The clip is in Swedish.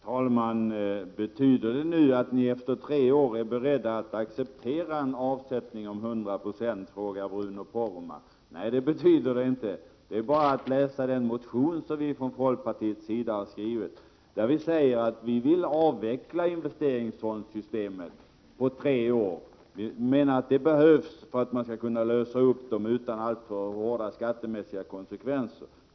Herr talman! Betyder detta att ni efter tre år är beredda att acceptera en avsättning på 100 96, frågade Bruno Poromaa. Nej, det betyder det inte. Det är bara att läsa den motion som vi från folkpartiets sida har skrivit. Vi säger där att vi vill avveckla investeringsfondssystemet på tre år; vi menar att det behövs för att man skall kunna lösa upp fonderna utan alltför hårda skattemässiga konsekvenser.